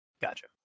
Gotcha